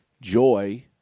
joy